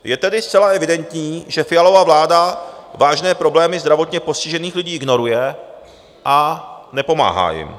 Je tedy zcela evidentní, že Fialova vláda vážné problémy zdravotně postižených lidí ignoruje a nepomáhá jim.